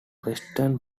western